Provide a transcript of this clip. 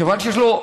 כיוון שיש לו,